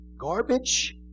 garbage